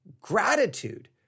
gratitude